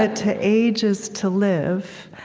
ah to age is to live,